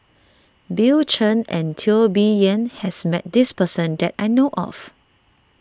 Bill Chen and Teo Bee Yen has met this person that I know of